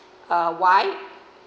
uh why